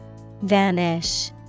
Vanish